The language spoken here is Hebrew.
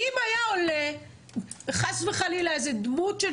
כי אם היה עולה חס וחלילה איזו דמות של